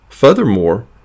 Furthermore